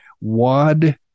WAD